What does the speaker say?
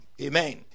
Amen